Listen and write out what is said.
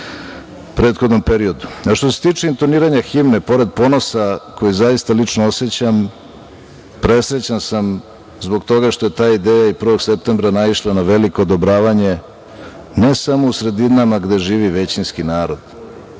se tiče intoniranja himne, pored ponosa koji zaista lično osećam, presrećan sam zbog toga što je taj deo i 1. septembra naišao na odobravanje ne samo u sredinama gde živi većinski narod,